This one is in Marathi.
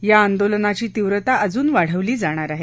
या आंदोलनाची तीव्रता अजून वाढवली जाणार आहे